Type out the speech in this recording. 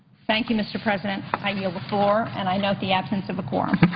thank you, mr. president. i yield the floor and i note the absence of a quorum.